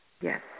Yes